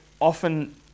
often